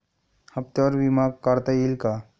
हप्त्यांवर विमा काढता येईल का?